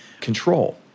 control